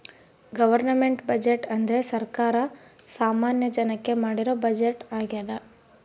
government budget ಅಂದ್ರೆ ಸರ್ಕಾರ ಸಾಮಾನ್ಯ ಜನಕ್ಕೆ ಮಾಡಿರೋ ಬಜೆಟ್ ಆಗ್ಯದ